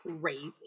crazy